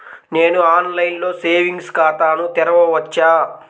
నేను ఆన్లైన్లో సేవింగ్స్ ఖాతాను తెరవవచ్చా?